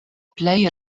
plej